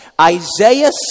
Isaiah